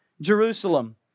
Jerusalem